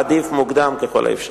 עדיף מוקדם ככל האפשר.